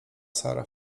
sara